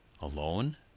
Alone